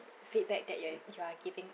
feedback that you are you are giving